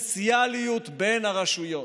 בדיפרנציאליות בין הרשויות.